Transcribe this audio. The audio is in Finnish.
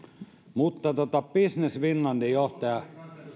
business finlandin johtaja